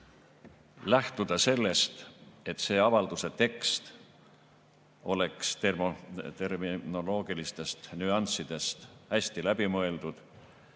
lähtuda sellest, et see avalduse tekst oleks terminoloogilistes nüanssides hästi läbi mõeldud.